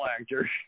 actor